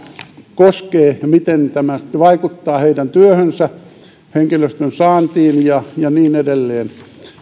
koskee ja miten tämä sitten vaikuttaa heidän työhönsä henkilöstön saantiin ja ja niin edelleen